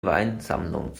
weinsammlung